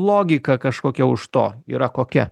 logika kažkokia už to yra kokia